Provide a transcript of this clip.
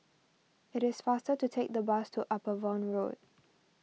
it is faster to take the bus to Upavon Road